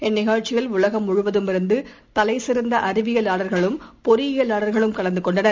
இந்நிகழ்ச்சியில் உலகம் முழுவதும் இருந்துதலைசிறந்தஅறிவியலாளர்களும் பொறியியலாளர்களும் கலந்துகொண்டனர்